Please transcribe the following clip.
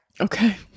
okay